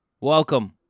Welcome